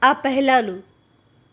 આ પહેલાંનું